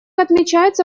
отмечается